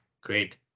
great